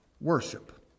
worship